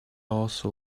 also